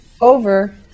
over